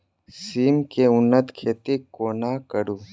सिम केँ उन्नत खेती कोना करू?